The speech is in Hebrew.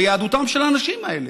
ביהדותם של האנשים האלה,